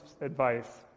advice